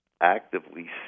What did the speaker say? actively